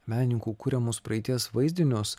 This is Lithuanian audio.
menininkų kuriamus praeities vaizdinius